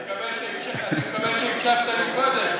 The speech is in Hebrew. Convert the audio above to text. אני מקווה שהקשבת לי קודם.